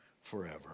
forever